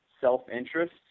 self-interest